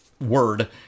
word